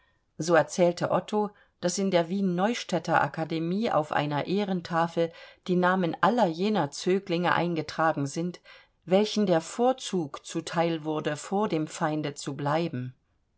so erzählte otto daß in der wien neustädter akademie auf einer ehrentafel die namen aller jener zöglinge eingetragen sind welchen der vorzug zu teil wurde vor dem feinde zu bleiben